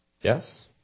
Yes